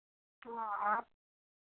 हाँ आप